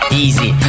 easy